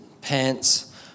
pants